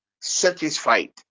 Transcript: satisfied